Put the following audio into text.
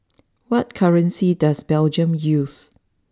what currency does Belgium use